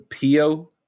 Pio